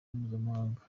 mpuzamahanga